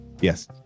Yes